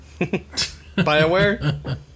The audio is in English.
BioWare